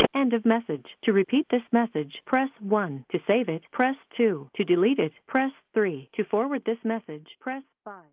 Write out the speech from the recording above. end of message. to repeat this message, press one. to save it press two. to delete it, press three. to forward this message, press five